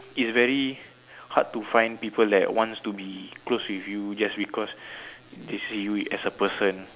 it's very hard to find people that wants to be close with you just because they see you as a person